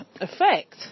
effect